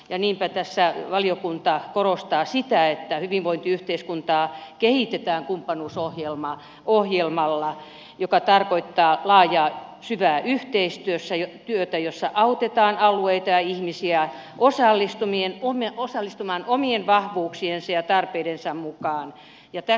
niinpä tässä valiokunta korostaa sitä että hyvinvointiyhteiskuntaa kehitetään kumppanuusohjelmalla joka tarkoittaa laajaa syvää yhteistyötä jossa autetaan alueita ja ihmisiä osallistumaan omien vahvuuksiensa ja tarpeidensa mukaan